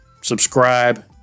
subscribe